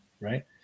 right